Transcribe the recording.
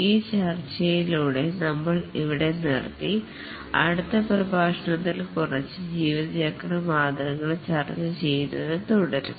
ഈ ചർച്ചയിലൂടെ നമ്മൾ ഇവിടെ നിർത്തി അടുത്ത പ്രഭാഷണത്തിൽ കുറച്ച് ജീവിതചക്രം മാതൃകകൾ ചർച്ച ചെയ്യുന്നത് തുടരും